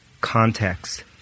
context